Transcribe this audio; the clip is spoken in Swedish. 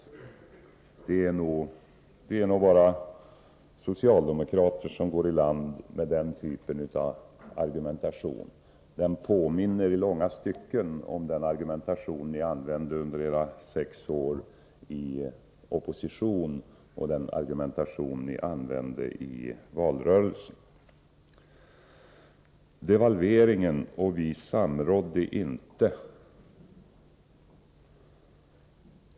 Det är nog bara socialdemokrater som går i land med den typen av argumentation. Den påminner i långa stycken om den argumentation ni använde under era sex år i opposition och den argumentation ni använde i valrörelsen. Så till påståendet att vi inte samrådde vid devalveringen.